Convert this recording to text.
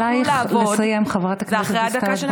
עלייך לסיים, חברת הכנסת דיסטל